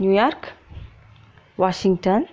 new York Washington